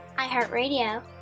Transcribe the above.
iHeartRadio